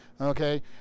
okay